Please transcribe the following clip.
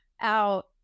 out